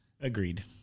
Agreed